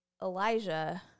Elijah